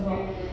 mm